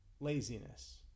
laziness